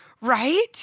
Right